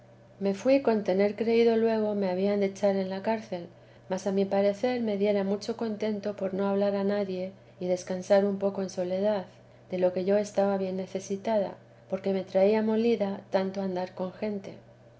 me fui con tener creído luego me habían de echar en la cárcel mas a mi parecer me diera mucho contento por no hablar a nadie y descansar un poco en soledad de lo que yo estaba bien necesitada porque me traía molida tanto andar con gente